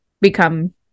become